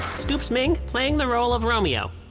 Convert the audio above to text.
scoops ming playing the role of romeo.